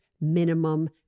minimum